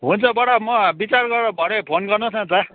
हुन्छ बडा म बिचार गरेर भरे फोन गर्नुहोस् न त